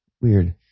Weird